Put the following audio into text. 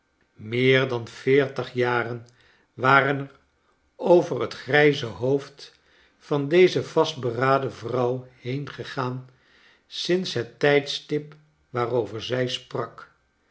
meer dan veertig jaren waren er over het grijze hoofd van deze vastberaden vrouw heengegaan sinds het tijdstip waarover zij sprak